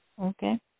okay